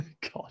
God